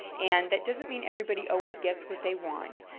and that doesn't mean everybody always gets what they want,